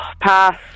Pass